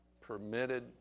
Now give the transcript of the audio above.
permitted